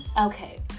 Okay